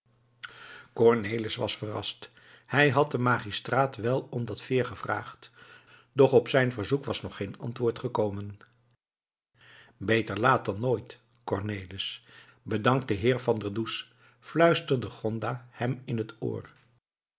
cornelis was verrast hij had den magistraat wel om dat veer gevraagd doch op zijn verzoek was nog geen antwoord gekomen beter laat dan nooit cornelis bedank den heer van der does fluisterde gonda hem in het oor